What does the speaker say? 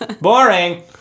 Boring